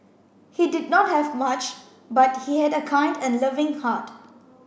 he did not have much but he had a kind and loving heart